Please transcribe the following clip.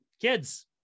kids